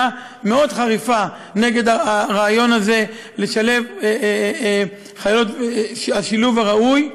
מאוד חריפה נגד הרעיון הזה של השילוב הראוי,